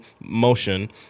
motion